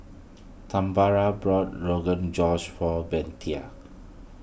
Tambra bought Rogan Josh for